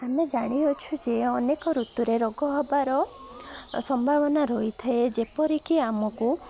ଆମେ ଜାଣିଅଛୁ ଯେ ଅନେକ ଋତୁରେ ରୋଗ ହବାର ସମ୍ଭାବନା ରହିଥାଏ ଯେପରିକି ଆମକୁ